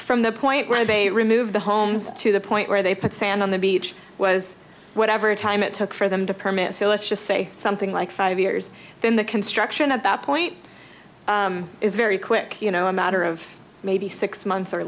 from the point where they remove the homes to the point where they put sand on the beach was whatever time it took for them to permit so let's just say something like five years then the construction about point is very quick you know a matter of maybe six months or